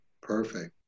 Perfect